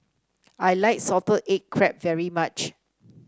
I like Salted Egg Crab very much